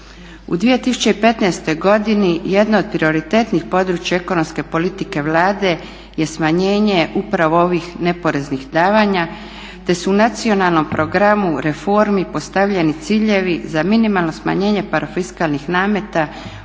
U 2015. godini jedno od prioritetnih područja ekonomske politike Vlade je smanjenje upravo ovih neporeznih davanja te su u Nacionalnom programu reformi postavljeni ciljevi za minimalno smanjenje parafiskalnih nameta